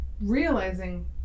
realizing